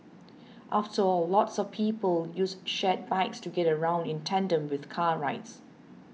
after all lots of people use shared bikes to get around in tandem with car rides